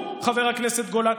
חבר הכנסת גולן,